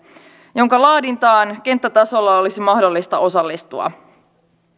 jonka laadintaan kenttätasolla olisi mahdollista osallistua